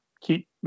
keep